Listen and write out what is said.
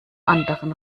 anderen